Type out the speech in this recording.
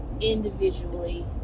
individually